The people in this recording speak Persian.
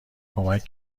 کمک